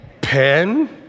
Pen